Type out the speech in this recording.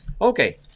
Okay